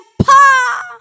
pa